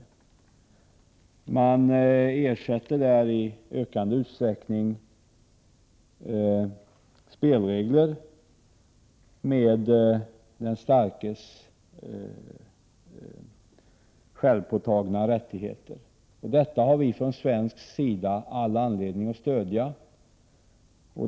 Utan detta stöd ersätts i ökande utsträckning spelregler med den starkes självpåtagna rätt, och därför har vi från svensk sida all anledning att stödja GATT.